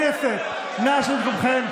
חברי הכנסת, נא לשבת במקומכם.